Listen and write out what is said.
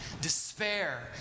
despair